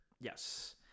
Yes